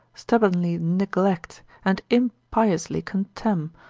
stubbornly neglect, and impiously contemn,